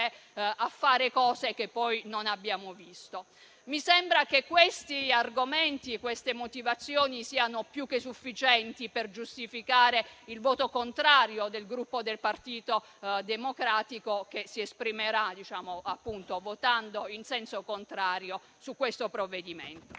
realizzare cose che poi non abbiamo visto. Mi sembra che questi argomenti, queste motivazioni, siano più che sufficienti per giustificare il voto contrario del Gruppo Partito Democratico che si esprimerà, appunto, votando in senso contrario su questo provvedimento.